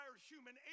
human